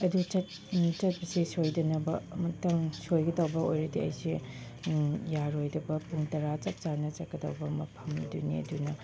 ꯑꯗꯨ ꯆꯠꯄꯁꯦ ꯁꯣꯏꯗꯅꯕ ꯑꯃꯇꯪ ꯁꯣꯏꯒꯗ ꯑꯣꯏꯔꯗꯤ ꯑꯩꯁꯦ ꯌꯥꯔꯣꯏꯗꯕ ꯄꯨꯡ ꯇꯔꯥ ꯆꯞ ꯆꯥꯅ ꯆꯠꯀꯗꯕ ꯃꯐꯝ ꯑꯗꯨꯅꯤ ꯑꯗꯨꯅ